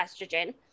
estrogen